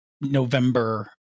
November